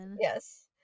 yes